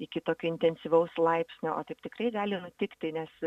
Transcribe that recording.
iki tokio intensyvaus laipsnio o taip tikrai gali nutikti nes